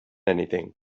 anything